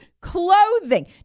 clothing